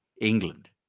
England